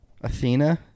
Athena